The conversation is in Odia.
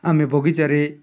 ଆମେ ବଗିଚାରେ